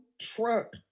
truck